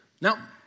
Now